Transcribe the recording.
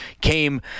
came